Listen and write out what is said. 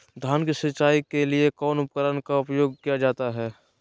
धान की सिंचाई के लिए कौन उपकरण का उपयोग किया जाता है?